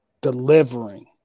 delivering